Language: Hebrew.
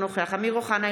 אינו נוכח אמיר אוחנה,